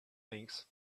things